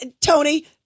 Tony